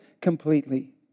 completely